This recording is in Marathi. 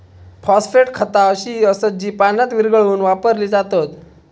फॉस्फेट खता अशी असत जी पाण्यात विरघळवून वापरली जातत